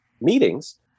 meetings